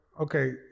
Okay